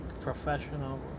Professional